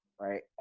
right